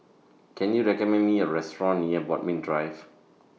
Can YOU recommend Me A Restaurant near Bodmin Drive